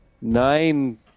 nine